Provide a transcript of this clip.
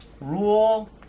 Rule